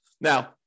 Now